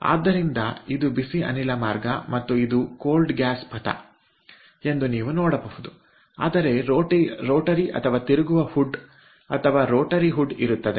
ಆದ್ದರಿಂದ ಇದು ಬಿಸಿ ಅನಿಲ ಮಾರ್ಗ ಮತ್ತು ಇದು ಶೀತ ಅನಿಲ ಪಥ ಎಂದು ನೀವು ನೋಡಬಹುದು ಆದರೆ ರೋಟರಿತಿರುಗುವ ಹುಡ್ ಅಥವಾ ರೋಟರಿ ಹುಡ್ ಇರುತ್ತದೆ